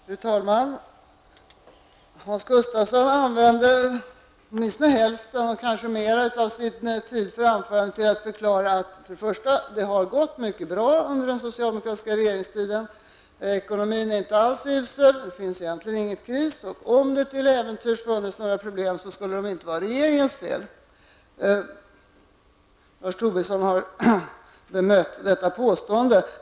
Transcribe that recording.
Fru talman! Hans Gustafsson använde åtminstone hälften eller kanske mer av taletiden i sitt anförande till att förklara att det har gått mycket bra under den socialdemokratiska regeringstiden. Ekonomin är inte alls usel, och det finns egentligen ingen kris. Om det till äventyrs skulle finnas några problem, är de inte regeringens fel. Lars Tobisson har bemött detta påstående.